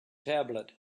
tablet